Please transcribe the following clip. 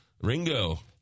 Ringo